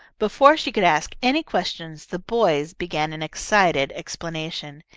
before she could ask any questions, the boys began an excited explanation.